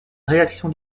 réaction